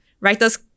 writers